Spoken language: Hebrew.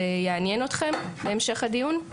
זה יעניין אתכם להמשך הדיון?